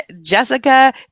jessica